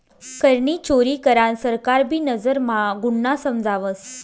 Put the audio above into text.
करनी चोरी करान सरकार भी नजर म्हा गुन्हा समजावस